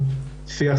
שוב,